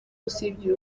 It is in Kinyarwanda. usibye